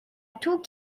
tout